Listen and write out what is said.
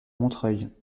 montreuil